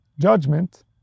judgment